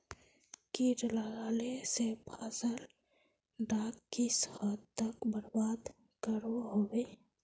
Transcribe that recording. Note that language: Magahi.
किट लगाले से फसल डाक किस हद तक बर्बाद करो होबे?